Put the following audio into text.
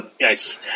Nice